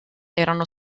erano